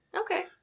okay